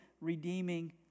redeeming